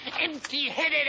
empty-headed